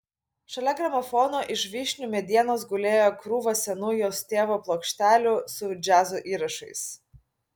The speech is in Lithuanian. šalia gramofono iš vyšnių medienos gulėjo krūva senų jos tėvo plokštelių su džiazo įrašais